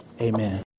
Amen